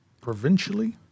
Provincially